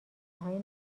های